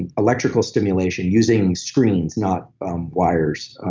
electrical stimulation using screens, not um wires,